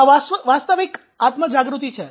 આ વાસ્તવિક આત્મ જાગૃતિ છે